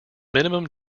minimum